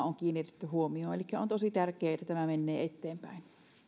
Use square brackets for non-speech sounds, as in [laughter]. [unintelligible] on kiinnitetty huomiota elikkä on tosi tärkeää että tämä menee eteenpäin